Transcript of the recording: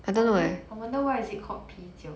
I wonder I wonder why is it called 啤酒